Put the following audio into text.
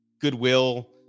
goodwill